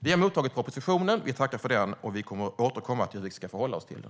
Vi har mottagit propositionen. Vi tackar för den och kommer att återkomma till hur vi ska förhålla oss till den.